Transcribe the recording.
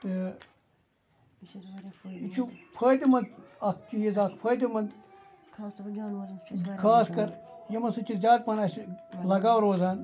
تہٕ یہِ چھُ فٲیدٕ مَنٛد اکھ چیٖز اکھ فٲیدٕ مَنٛد خاص کَر یِمَن سۭتۍ چھُ زیاد پَہَم اَسہِ لَگاو روزان